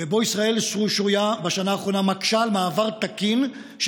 שבו ישראל שרויה בשנה האחרונה מקשה על מעבר תקין של